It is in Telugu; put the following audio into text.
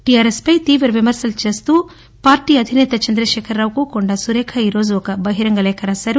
టీఆర్ఎస్పై తీవ విమర్శలు చేస్తూ పార్టీ అధినేత చంద్రశేఖర్రావుకు కొండా సురేఖ ఈరోజు ఒక బహిరంగ లేఖ రాశారు